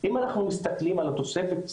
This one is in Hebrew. אם אנחנו מסתכלים על התוספת וגם,